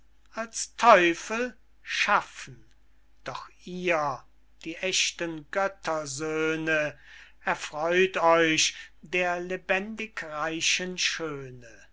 als teufel schaffen doch ihr die ächten göttersöhne erfreut euch der lebendig reichen schöne